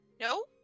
no